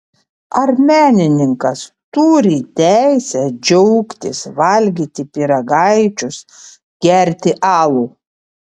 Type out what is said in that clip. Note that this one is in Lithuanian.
ar menininkas turi teisę džiaugtis valgyti pyragaičius gerti alų